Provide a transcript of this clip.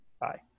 Bye